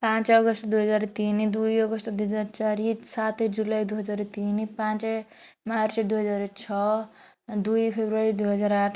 ପାଞ୍ଚ ଅଗଷ୍ଟ ଦୁଇ ହଜାର ତିନ ଦୁଇ ଅଗଷ୍ଟ ଦୁଇ ହଜାର ଚାରି ସାତେ ଜୁଲାଇ ଦୁଇ ହଜାର ତିନ ପାଞ୍ଚେ ମାର୍ଚ୍ଚ ଦୁଇ ହଜାର ଛଅ ଦୁଇ ଫେବୃୟାରୀ ଦୁଇ ହଜାର ଆଠ